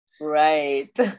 Right